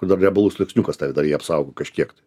kur dar riebalų sluoksniukas tai dar jį apsaugo kažkiek tai